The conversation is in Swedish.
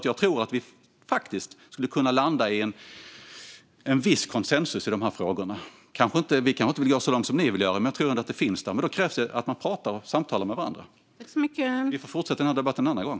Jag tror att vi faktiskt skulle kunna landa i en viss konsensus i dessa frågor. Vi kanske inte vill gå lika långt som ni vill, men jag tror ändå att möjligheten finns. Men då krävs det att man samtalar med varandra. Vi får fortsätta denna debatt en annan gång.